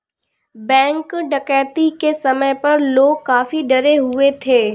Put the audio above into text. bank डकैती के समय पर लोग काफी डरे हुए थे